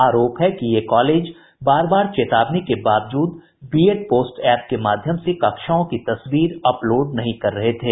आरोप है कि ये कॉलेज बार बार चेतावनी के बावजूद बीएड पोस्ट एप के माध्यम से कक्षाओं की तस्वीरें अपलोड नहीं कर रहे थे